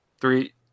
Three